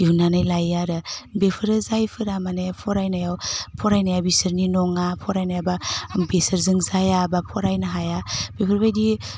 दिहुननानै लायो आरो बेफोरो जायफोरा माने फरायनायाव फरायनाया बिसोरनि नङा फरायनाय बा बिसोरजों जाया बा फरायनो हाया बिफोरबायदि